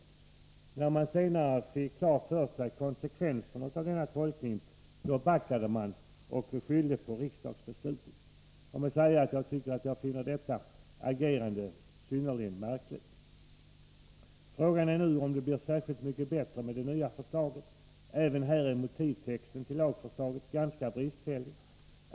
Men när man senare fick klart för sig konsekvenserna av denna tolkning, då backade man och skyllde på riksdagsbeslutet. Jag måste säga att jag finner detta agerande synnerligen märkligt. Frågan är nu om det blir särskilt mycket bättre med det nya förslaget. Även här är motivtexten till lagförslaget ganska bristfällig.